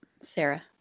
sarah